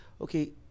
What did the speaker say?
okay